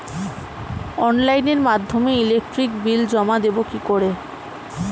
অনলাইনের মাধ্যমে electric bill জমা দেবো কি করে?